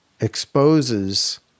exposes